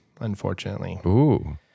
unfortunately